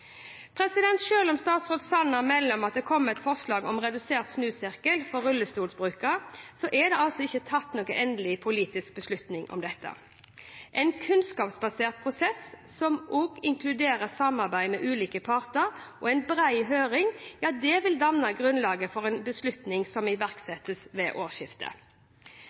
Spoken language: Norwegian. om statsråd Sanner melder om at det kommer et forslag om redusert snusirkel for rullestolbrukere, er det ikke tatt noen endelig politisk beslutning om dette. En kunnskapsbasert prosess, som også inkluderer samarbeid med ulike parter og en bred høring, vil danne grunnlaget for en beslutning som iverksettes ved årsskiftet.